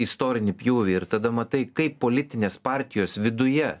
istorinį pjūvį ir tada matai kaip politinės partijos viduje